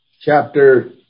chapter